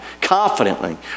Confidently